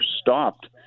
stopped